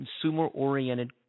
consumer-oriented